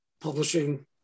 publishing